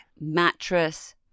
Mattress